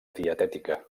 dietètica